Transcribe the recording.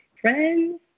friends